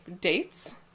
dates